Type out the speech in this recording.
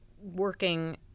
working